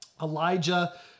Elijah